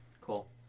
Cool